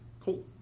Cool